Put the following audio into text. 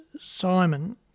Simon